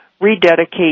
rededicate